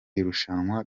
irushanwa